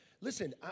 listen